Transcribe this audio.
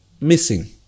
missing